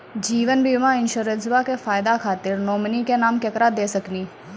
जीवन बीमा इंश्योरेंसबा के फायदा खातिर नोमिनी के नाम केकरा दे सकिनी?